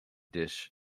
dish